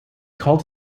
called